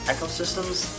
Ecosystems